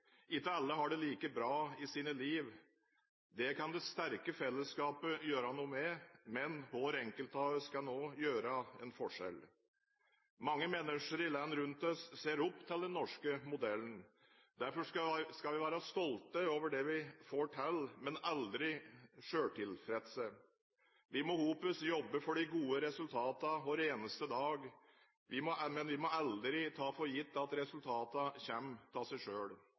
Ikke alle har det like bra i sitt liv. Det kan det sterke fellesskapet gjøre noe med – men hver enkelt av oss kan også gjøre en forskjell. Mange mennesker i land rundt oss ser opp til den norske modellen. Derfor skal vi være stolte over det vi får til – men aldri selvtilfredse. Vi må sammen jobbe for de gode resultatene hver eneste dag. Vi må aldri ta det for gitt at resultatene kommer av seg